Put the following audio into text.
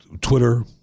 Twitter